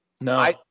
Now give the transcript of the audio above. no